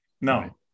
No